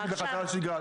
יש לי בחזרה לשגרה,